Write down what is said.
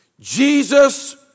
Jesus